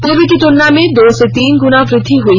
पूर्व की तुलना में दो से तीन गुना वृद्धि हुई